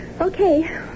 Okay